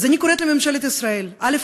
אז אני קוראת לממשלת ישראל, א.